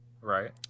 right